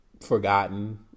Forgotten